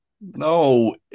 No